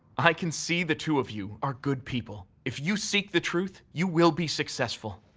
i can see the two of you are good people. if you seek the truth, you will be successful.